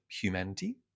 humanity